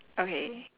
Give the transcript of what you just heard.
okay